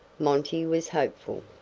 monty was hopeful.